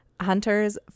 hunters